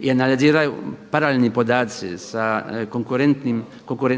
i analiziraju paralelni podaci sa